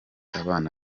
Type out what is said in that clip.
abana